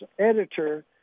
editor